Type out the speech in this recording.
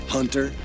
Hunter